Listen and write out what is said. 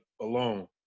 alone